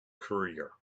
career